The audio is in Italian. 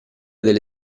delle